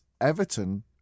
Everton